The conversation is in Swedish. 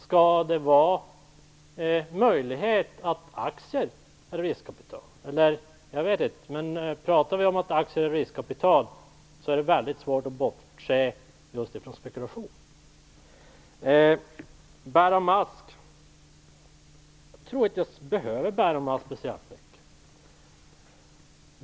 Skall det vara möjligt att aktier är riskkapital? Jag vet inte, men pratar vi om att aktier är riskkapital är det väldigt svårt att bortse just ifrån spekulation. Jag tror inte att jag behöver bära mask så mycket.